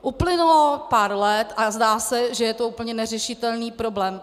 Uplynulo pár let a zdá se, že je to úplně neřešitelný problém.